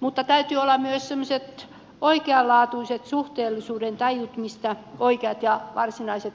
mutta täytyy olla myös semmoiset oikeanlaatuiset suhteellisuudentajut siinä mistä oikeat ja varsinaiset uhkatekijät tulevat